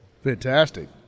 Fantastic